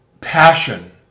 passion